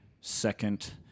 second